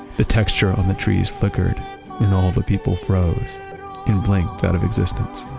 the texture on the trees flickered and all the people froze and blinked out of existence